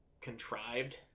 contrived